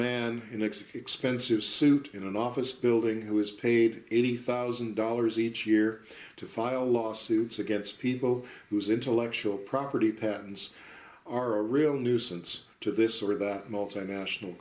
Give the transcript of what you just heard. man in x x pensive suit in an office building who is paid eighty thousand dollars each year to file lawsuits against people whose intellectual property patents are real nuisance to this or that multinational